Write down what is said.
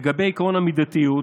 לגבי עקרון המידתיות,